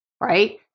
Right